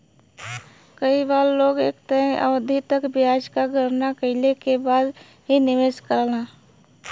कई बार लोग एक तय अवधि तक ब्याज क गणना कइले के बाद ही निवेश करलन